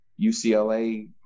UCLA